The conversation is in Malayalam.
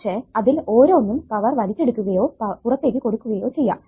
പക്ഷെ അതിൽ ഓരോന്നും പവർ വലിച്ചെടുക്കുകയോ പുറത്തേക്ക് കൊടുക്കുകയോ ചെയ്യാം